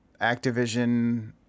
Activision